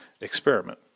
experiment